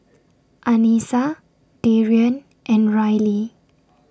Anissa Darrien and Rylie